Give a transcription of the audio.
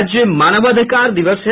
आज मानवाधिकार दिवस है